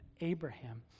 Abraham